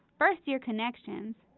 first year connections,